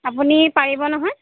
আপুনি পাৰিব নহয়